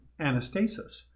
Anastasis